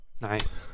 Nice